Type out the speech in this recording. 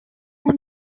want